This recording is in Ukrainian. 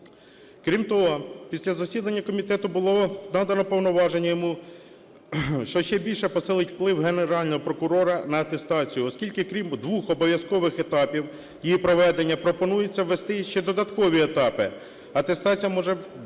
Крім того, після засідання комітету було надано повноваження йому, що ще більше посилить вплив Генерального прокурора на атестацію, оскільки крім двох обов'язкових етапів її проведення, пропонується ввести ще додаткові етапи. Атестація може включити